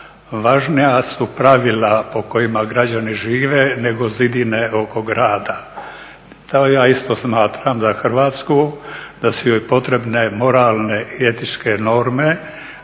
važnija su pravila po kojima građani žive, nego zidine oko grada." To ja isto smatram za Hrvatsku da su joj potrebne moralne i etičke norme